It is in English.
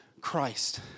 Christ